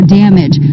damage